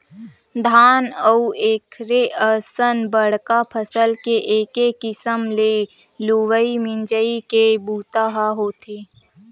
धान अउ एखरे असन बड़का फसल के एके किसम ले लुवई मिजई के बूता ह होथे